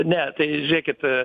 ne tai žiūrėkit